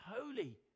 holy